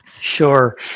Sure